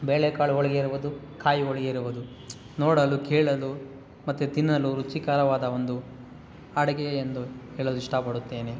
ಬೇಳೆಕಾಳು ಹೋಳ್ಗೆ ಇರ್ಬೋದು ಕಾಯಿ ಹೋಳ್ಗೆ ಇರ್ಬೋದು ನೋಡಲು ಕೇಳಲು ಮತ್ತು ತಿನ್ನಲು ರುಚಿಕರವಾದ ಒಂದು ಅಡುಗೆ ಎಂದು ಹೇಳಲು ಇಷ್ಟಪಡುತ್ತೇನೆ